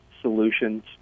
solutions